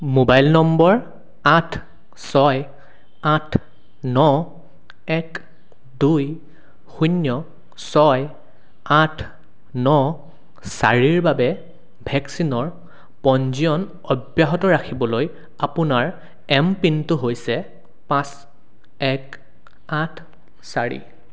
mobile নম্বৰ আঠ ছয় আঠ ন এক দুই শূন্য ছয় আঠ ন চাৰিৰ বাবে ভেকচিনৰ পঞ্জীয়ন অব্যাহত ৰাখিবলৈ আপোনাৰ এম পিনটো হৈছে পাঁচ এক আঠ চাৰি